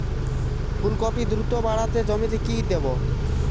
ফুলকপি দ্রুত বাড়াতে জমিতে কি দেবো?